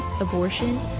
abortion